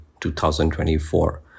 2024